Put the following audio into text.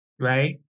right